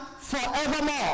forevermore